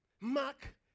Mark